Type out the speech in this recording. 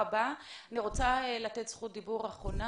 אני רוצה לתת את זכות הדיבור ללינא,